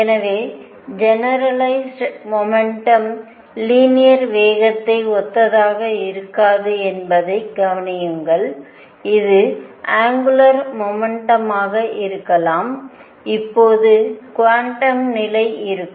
எனவே generalized momentum linear வேகத்தை ஒத்ததாக இருக்காது என்பதைக் கவனியுங்கள் இது அங்குலார் மொமெண்டமாக இருக்கலாம் இப்போது குவாண்டம் நிலை இருக்கும்